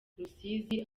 rusizi